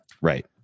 Right